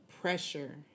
pressure